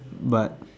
but